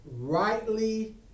rightly